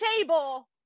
table